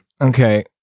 Okay